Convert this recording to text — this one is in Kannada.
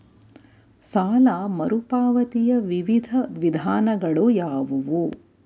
ಸಾಲ ಮರುಪಾವತಿಯ ವಿವಿಧ ವಿಧಾನಗಳು ಯಾವುವು?